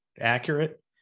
accurate